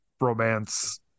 romance